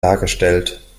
dargestellt